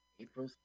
April